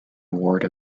award